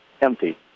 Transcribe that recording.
empty